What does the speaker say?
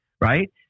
right